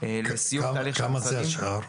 --- כמה זה השאר?